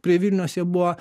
prie vilniaus jie buvo